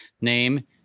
name